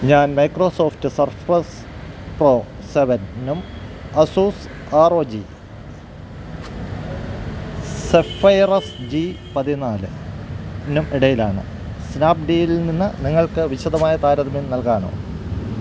ഞാൻ Microsoft Surface Pro സെവനിനും Asus R O G Zephyrus G പതിനാലിനും ഇടയിലാണ് സ്നാപ്ഡീലിൽ നിന്ന് നിങ്ങൾക്ക് വിശദമായ താരതമ്യം നൽകാമോ